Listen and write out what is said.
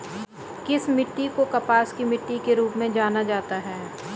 किस मिट्टी को कपास की मिट्टी के रूप में जाना जाता है?